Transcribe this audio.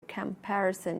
comparison